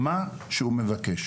מה שהוא מבקש.